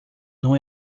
não